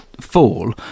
fall